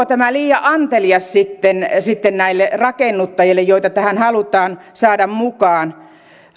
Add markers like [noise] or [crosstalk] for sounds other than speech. [unintelligible] tämä liian antelias sitten näille rakennuttajille joita tähän halutaan saada mukaan